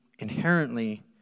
inherently